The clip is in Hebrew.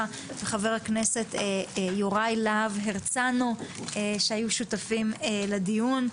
חבר הכנסת יוראי להב הרצנו שהיו שותפים לדיון,